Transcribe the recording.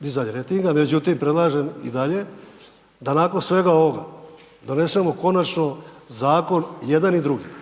dizanje rejtinga. Međutim, predlažem i dalje da nakon svega ovoga donesemo konačno zakon jedan i drugi,